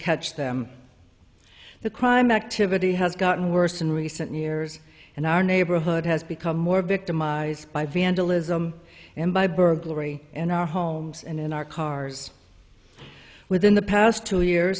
catch them the crime activity has gotten worse in recent years and our neighborhood has become more victimized by vandalism and by burglary in our homes and in our cars within the past two years